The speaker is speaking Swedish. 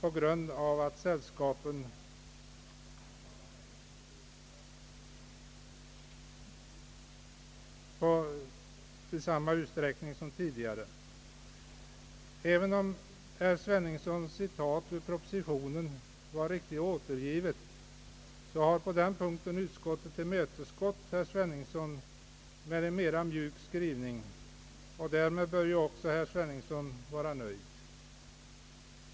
även om berr Sveningssons citat ur propositionen var riktigt återgivet, angående hushållningssällskapens möjlighet att upptaga ny verksamhet, har utskottet på den punkten tillmötesgått herr Sveningsson med en mjukare skrivning, och därmed bör herr Sveningsson vara nöjd.